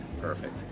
perfect